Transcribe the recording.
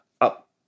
up